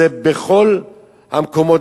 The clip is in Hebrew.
זה בכל המקומות,